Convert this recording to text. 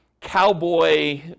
cowboy